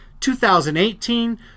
2018